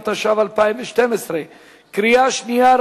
התשע"ב 2012. קריאה שנייה,